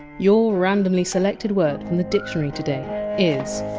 your randomly selected word from the dictionary today is!